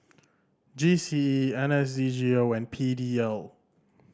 G C E N S D G O and P D L